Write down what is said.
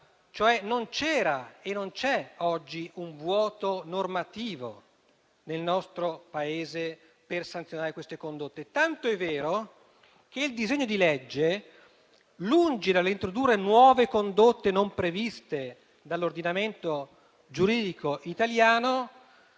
Non c'era e non c'è oggi un vuoto normativo nel nostro Paese per sanzionare queste condotte, tant'è vero che il disegno di legge, lungi dall'introdurre nuove condotte non previste dall'ordinamento giuridico italiano,